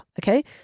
okay